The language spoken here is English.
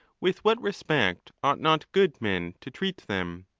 with what respect ought not good men to treat them